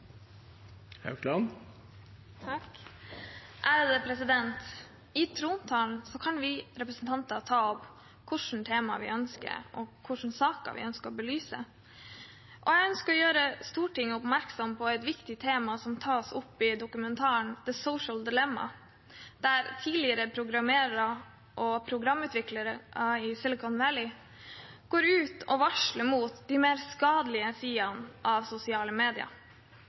I trontalen kan vi representanter ta opp hvilke temaer vi ønsker, og hvilke saker vi ønsker å belyse. Jeg ønsker å gjøre Stortinget oppmerksom på et viktig tema som tas opp i dokumentaren «The Social Dilemma», der tidligere programmerere og programutviklere i Silicon Valley går ut og varsler om de mer skadelige sidene ved sosiale medier,